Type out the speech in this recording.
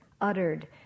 uttered